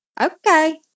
Okay